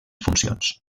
funcions